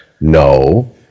No